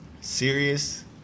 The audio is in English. serious